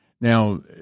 Now